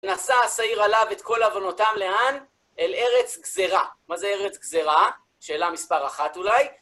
נעשה הסעיר עליו את כל אבנותם, לאן? אל ארץ גזרה. מה זה ארץ גזרה? שאלה מספר אחת אולי.